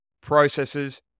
processes